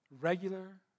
regular